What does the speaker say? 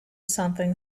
something